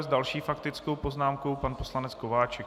S další faktickou poznámkou pan poslanec Kováčik.